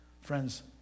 friends